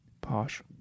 Posh